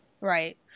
Right